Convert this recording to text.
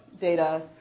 data